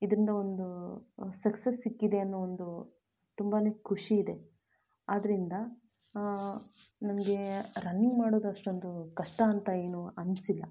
ಇದರಿಂದ ಒಂದು ಸಕ್ಸಸ್ ಸಿಕ್ಕಿದೆ ಅನ್ನೋ ಒಂದು ತುಂಬಾ ಖುಷಿಯಿದೆ ಆದ್ದರಿಂದ ನನಗೆ ರನ್ನಿಂಗ್ ಮಾಡೋದು ಅಷ್ಟೊಂದು ಕಷ್ಟ ಅಂತ ಏನೂ ಅನ್ನಿಸಿಲ್ಲ